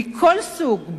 מכל סוג,